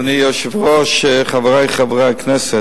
אדוני היושב-ראש, חברי חברי הכנסת,